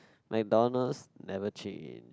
MacDonald's never change